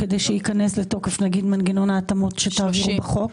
הזה כדי שייכנס לתוקף נגיד מנגנון ההתאמות שתעבירו בחוק?